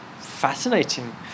fascinating